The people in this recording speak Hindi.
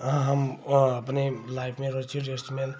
अहाँ हम अपने लाइफ में रोची ड्रेसमैन